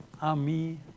ami